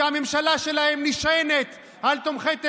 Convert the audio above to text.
והממשלה שלהם נשענת על תומכי טרור,